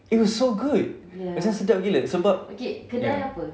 it was so good macam sedap gila sebab ya